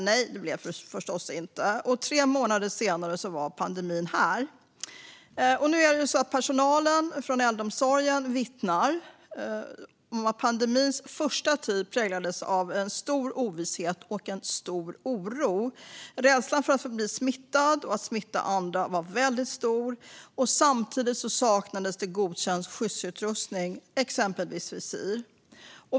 Nej, det blev det förstås inte. Och tre månader senare var pandemin här. Personalen i äldreomsorgen vittnar om att pandemins första tid präglades av stor ovisshet och oro. Rädslan för att bli smittad och att smitta andra var väldigt stor, och samtidigt saknades godkänd skyddsutrustning, exempelvis visir.